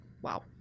Wow